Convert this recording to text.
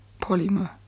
Polymer